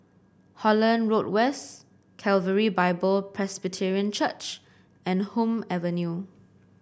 Holland Road West Calvary Bible Presbyterian Church and Hume Avenue